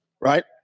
Right